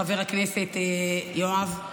חבר הכנסת יואב,